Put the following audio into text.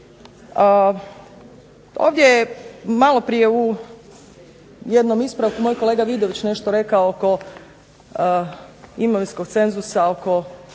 Ovdje je maloprije u jednom ispravku moj kolega Vidović nešto rekao oko imovinskog cenzusa, oko